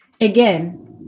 again